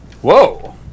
Whoa